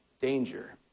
danger